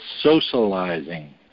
socializing